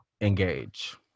engage